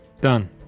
Done